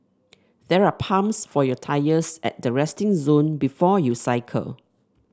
there are pumps for your tyres at the resting zone before you cycle